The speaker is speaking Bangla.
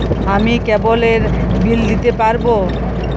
আমি কেবলের বিল দিতে পারবো?